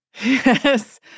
Yes